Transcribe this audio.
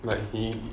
like he